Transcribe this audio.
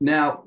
Now